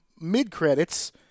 mid-credits